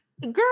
girl